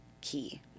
key